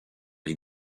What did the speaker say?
les